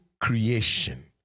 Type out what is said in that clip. creation